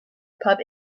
pub